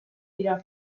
dira